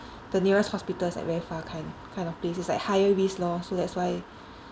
the nearest hospital is like very far kind kind of place it's like higher risk lor so that's why